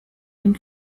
dem